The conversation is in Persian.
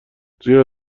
زیرا